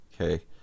okay